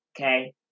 Okay